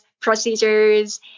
procedures